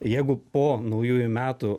jeigu po naujųjų metų